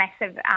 massive